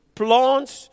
plants